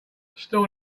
stall